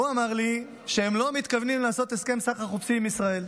והוא אמר לי שהם לא מתכוונים לעשות הסכם סחר חופשי עם ישראל,